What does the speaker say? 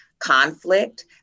conflict